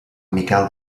miquel